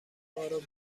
مارو